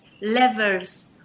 levels